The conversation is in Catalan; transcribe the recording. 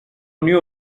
unió